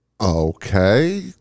Okay